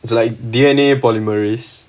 it's like DNA polymerase